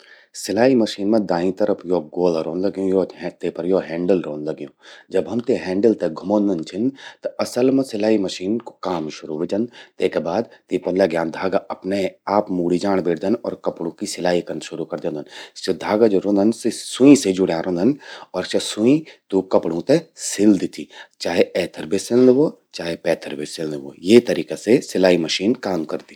सिलाई मशीन मां दाईं तरफ यो ग्वोला रौंद लग्यूं, ते पर यो हैंडल रौंद लग्यूं। जब हम ते हैंडिल ते घुमौंदन छिन, त असल मां सिलाई मशीन कू काम शुरू ह्वे जंद। तेका बाद तीं पर लग्यां धागा अपने आप मूड़ि जाण बेठदन, कपड़ूं कि सिलाई कन शुरू करि द्योंदन। सि धागा ज्वो रौंदन सि सुंई से जुड़्यां रौंदन अर स्या सुईं तूं कपड़ूं ते सिलदि चि। चाहे एथर बे सिल्लं ह्वो, चाहे पैथर बे सिल्लं ह्वो, ये तरीका से सिलाई मशीन काम करदि।